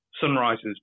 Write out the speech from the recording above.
Sunrises